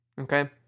Okay